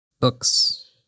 Books